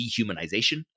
dehumanization